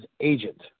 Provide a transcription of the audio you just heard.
agent